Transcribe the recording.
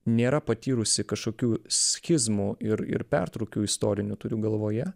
nėra patyrusi kažkokių schizmų ir ir pertrūkių istorinių turiu galvoje